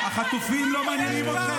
החטופים לא מעניינים אתכם.